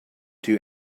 two